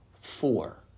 four